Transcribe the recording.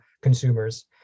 consumers